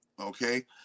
Okay